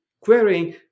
querying